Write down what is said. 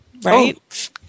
Right